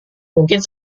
mungkin